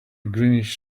greenish